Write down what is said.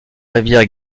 rivière